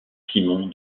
simon